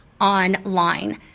online